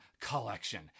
Collection